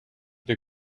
des